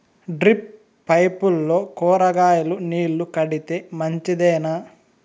Drip పైపుల్లో కూరగాయలు నీళ్లు కడితే మంచిదేనా?